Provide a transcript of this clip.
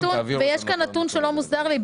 ויש כאן נתון שלא מוסבר לי.